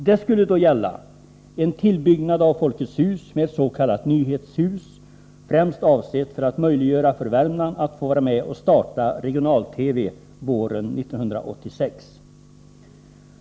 Det skulle då gälla en tillbyggnad av Folkets hus med ett s.k. nyhetshus, främst avsett för att möjliggöra för Värmland att vara med och starta regional-TV våren 1986.